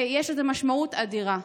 ויש לזה משמעות אדירה.